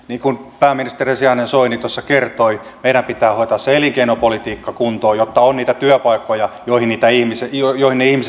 niin kuin pääministerin sijainen soini tuossa kertoi meidän pitää hoitaa se elinkeinopolitiikka kuntoon jotta on niitä työpaikkoja joihin ne ihmiset voivat sitten mennä